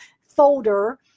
folder